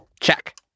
Check